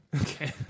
Okay